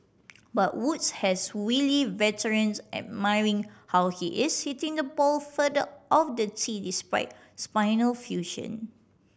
but Woods has wily veterans admiring how he is hitting the ball further off the tee despite spinal fusion